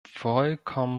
vollkommen